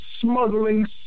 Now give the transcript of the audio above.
smuggling